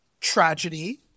tragedy